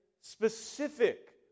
specific